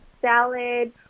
salad